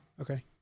Okay